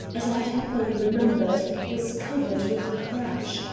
as i had happily remembered, was covered with crash,